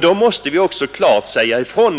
Då måste vi också klart säga ifrån,